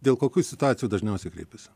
dėl kokių situacijų dažniausiai kreipiasi